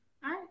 Hi